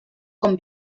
com